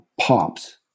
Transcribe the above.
pops